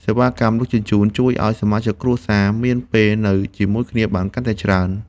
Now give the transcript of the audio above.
សេវាដឹកជញ្ជូន ជួយឱ្យសមាជិកគ្រួសារមានពេលនៅជាមួយគ្នាបានកាន់តែច្រើន។